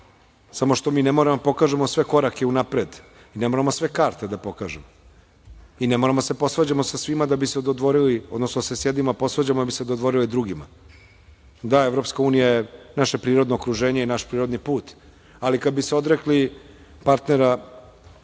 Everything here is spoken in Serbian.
samo što mi ne moramo da pokažemo sve korake unapred. Ne moramo sve karte da pokažemo i ne moramo da se posvađamo sa svima da bi se dodvorili, odnosno da se sa jednima posvađamo da bi se dodvorili drugima. Da, EU je naše prirodno okruženje i naš prirodni put, ali kada bi se odrekli partnera